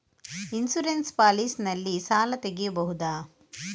Insurance policy ನಲ್ಲಿ ಸಾಲ ತೆಗೆಯಬಹುದ?